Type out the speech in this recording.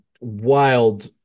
wild